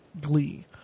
Glee